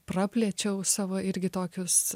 praplėčiau savo irgi tokius